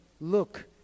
look